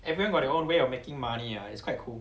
everyone got their own way of making money lah it's quite cool